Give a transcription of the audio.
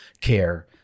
care